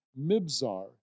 Mibzar